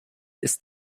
ist